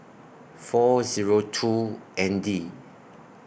four Zero two N D